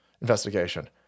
investigation